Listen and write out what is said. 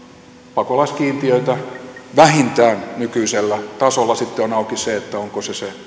pakolaiskiintiöitä vähintään nykyisellä tasolla sitten on on auki se onko se se